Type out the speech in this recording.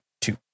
two